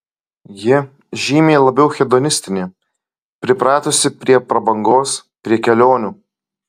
ji žymiai labiau hedonistinė pripratusi prie prabangos prie kelionių